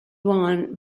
won